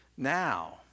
Now